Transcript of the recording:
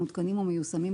המותקנים או מיושמים,